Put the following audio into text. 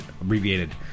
abbreviated